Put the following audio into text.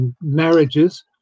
marriages